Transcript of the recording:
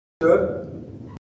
good